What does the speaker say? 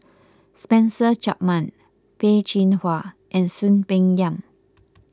Spencer Chapman Peh Chin Hua and Soon Peng Yam